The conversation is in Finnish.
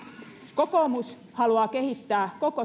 kokoomus haluaa kehittää koko